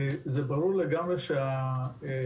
זה ברור לגמרי שהכלכלה,